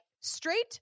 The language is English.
straight